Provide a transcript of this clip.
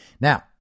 Now